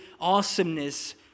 awesomeness